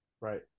Right